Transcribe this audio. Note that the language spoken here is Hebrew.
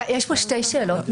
יש כאן שתי שאלות.